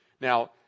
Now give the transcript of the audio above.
Now